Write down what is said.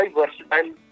versatile